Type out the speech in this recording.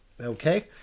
Okay